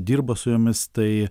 dirba su jomis tai